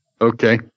okay